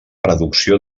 reducció